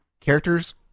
characters